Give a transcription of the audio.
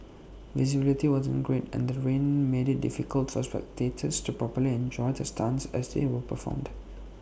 visibility wasn't great and the rain made IT difficult for spectators to properly enjoy the stunts as they were performed